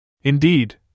Indeed